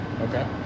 Okay